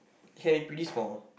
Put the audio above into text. can be pretty small